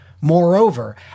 Moreover